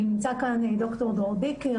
נמצאים כאן ד"ר דרור דיקר,